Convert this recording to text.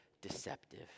deceptive